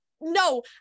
No